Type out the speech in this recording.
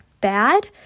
bad